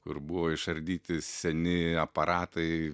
kur buvo išardyti seni aparatai